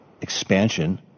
expansion